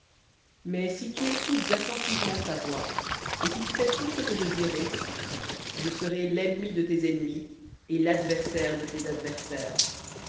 mais si tu écoutes attentivement sa voix et si tu fais tout ce que je dirai je serai l'ennemi de tes ennemis et l'adversaire de tes adversaires